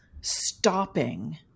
stopping